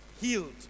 healed